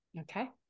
Okay